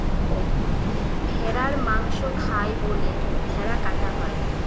ভেড়ার মাংস খায় বলে ভেড়া কাটা হয়